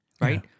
right